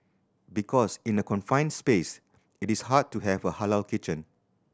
because in a confined space it is hard to have a halal kitchen